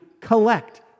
collect